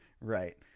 Right